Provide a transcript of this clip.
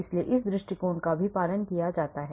इसलिए इस दृष्टिकोण का भी पालन किया जाता है